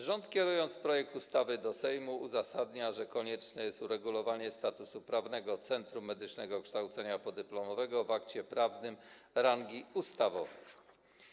Rząd, kierując projekt ustawy do Sejmu, uzasadnia, że konieczne jest uregulowanie statusu prawnego Centrum Medycznego Kształcenia Podyplomowego w akcie prawnym rangi ustawowej.